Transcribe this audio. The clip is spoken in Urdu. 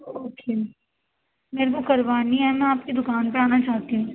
اوکے میرے کو کروانی ہے میں آپ کی دُکان پہ آنا چاہتی ہوں